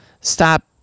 stop